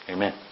Amen